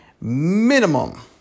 minimum